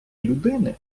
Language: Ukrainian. людини